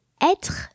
être